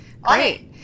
Great